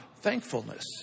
Thankfulness